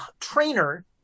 trainer